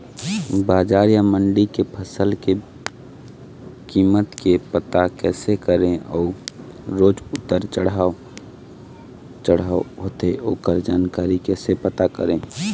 बजार या मंडी के फसल के कीमत के पता कैसे करें अऊ रोज उतर चढ़व चढ़व होथे ओकर जानकारी कैसे पता करें?